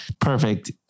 perfect